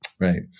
Right